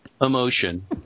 emotion